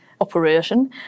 operation